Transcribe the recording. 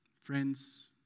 friends